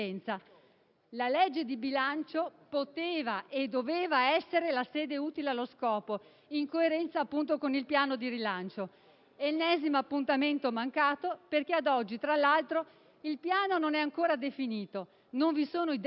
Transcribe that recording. La legge di bilancio poteva e doveva essere la sede utile allo scopo, in coerenza appunto con il piano di rilancio. Si tratta di un ennesimo appuntamento mancato perché a oggi, tra l'altro, il piano non è ancora definito; non vi sono idee chiare